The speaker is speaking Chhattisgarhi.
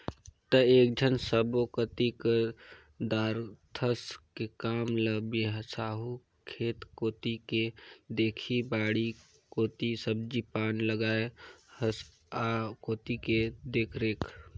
त एकेझन सब्बो कति कर दारथस तें काम ल बिसाहू खेत कोती के देखही बाड़ी कोती सब्जी पान लगाय हस आ कोती के देखरेख